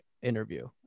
Interview